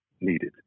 needed